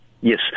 Yes